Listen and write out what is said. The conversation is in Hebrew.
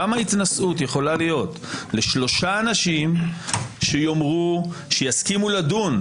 כמה התנשאות יכולה להיות לשלושה אנשים שיסכימו לדון?